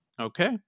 okay